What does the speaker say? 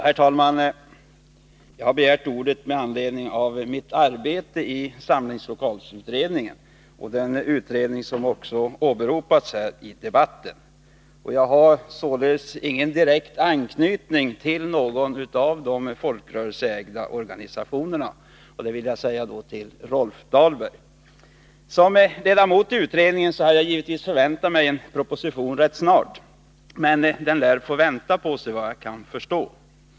Herr talman! Jag har begärt ordet med anledning av mitt arbete i samlingslokalkommittén, den utredning som också åberopats i debatten. Jag har således ingen direkt anknytning till någon av de folkrörelseägda organisationerna — det vill jag säga till Rolf Dahlberg. Som ledamot i utredningen hade jag givetvis förväntat mig en proposition rätt snart, men den lär vänta på sig, efter vad jag kan förstå.